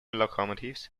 locomotives